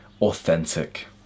authentic